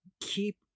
Keep